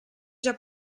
già